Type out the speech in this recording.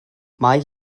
mae